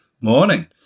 Morning